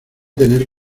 tener